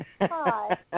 Hi